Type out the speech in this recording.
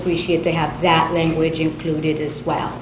appreciate they have that language included as well